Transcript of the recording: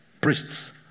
priests